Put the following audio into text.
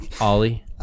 Ollie